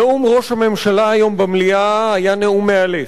נאום ראש הממשלה היום במליאה היה נאום מאלף.